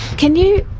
can you?